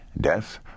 death